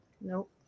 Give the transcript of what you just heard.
Nope